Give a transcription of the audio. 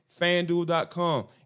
fanduel.com